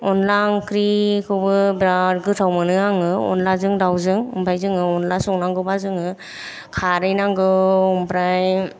अनला ओंख्रिखौबो बिराट गोथाव मोनो आङो अनलाजों दावजों ओमफ्राय जोङो अनला संनांगौबा जोङो खारै नांगौ ओमफ्राय